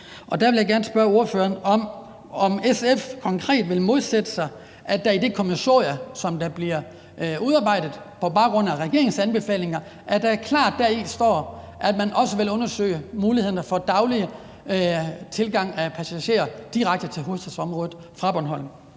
Der vil jeg gerne spørge ordføreren, om SF konkret vil modsætte sig, at der i det kommissorie, som der bliver udarbejdet på baggrund af regeringens anbefalinger, klart står, at man også vil undersøge mulighederne for daglig tilgang af passagerer direkte til hovedstadsområdet fra Bornholm.